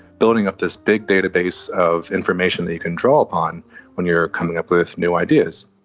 building up this big database of information that you can draw upon when you're coming up with new ideas.